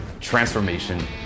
Transformation